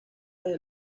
desde